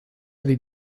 avec